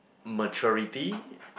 maturity